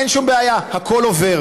אין שום בעיה, הכול עובר.